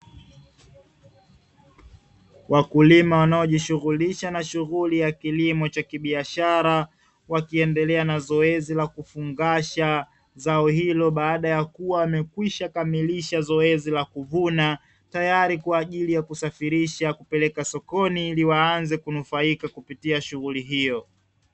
Wakulima wanaojishughulisha na shughuli ya kilimo cha kibiashara, wakiendelea na zoezi la kufungasha zao hilo baada ya kuwa wamekwisha kamilisha zoezi la kuvuna, tayari kwa ajili ya kusafirisha kupeleka sokoni ili waanze kunufaika kupitia shughuli hiyo.